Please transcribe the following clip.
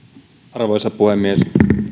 arvoisa puhemies